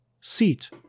seat